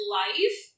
life